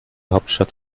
hauptstadt